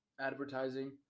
advertising